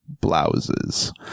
Blouses